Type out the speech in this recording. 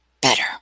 better